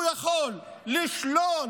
הוא יכול לשלול